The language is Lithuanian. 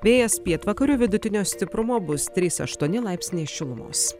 vėjas pietvakarių vidutinio stiprumo bus trys aštuoni laipsniai šilumos